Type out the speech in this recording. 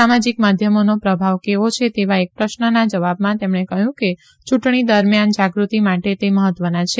સામાજિક માધ્યમોનો પ્રભાવ કેવો છે તેવા એક પ્રશ્નના જવાબમાં તેમણે કહયું કે યુંટણી દરમિયાન જાગૃતિ માટે તે મહત્વના છે